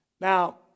Now